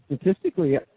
Statistically